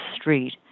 street